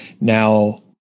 Now